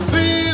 See